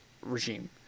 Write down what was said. regime